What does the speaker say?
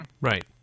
Right